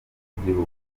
bw’igihugu